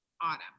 Autumn